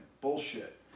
bullshit